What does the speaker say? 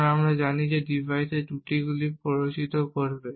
কারণ আমরা জানি যে ডিভাইসে ত্রুটিগুলি প্ররোচিত করবে